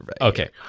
Okay